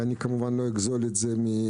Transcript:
ואני כמובן לא אגזול את זה מזמנו,